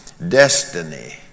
Destiny